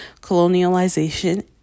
colonialization